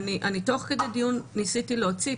אבל אני תוך כדי דיון ניסיתי להוציא,